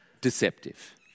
deceptive